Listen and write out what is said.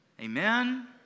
Amen